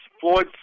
Floyd